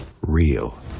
real